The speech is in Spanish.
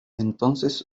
entonces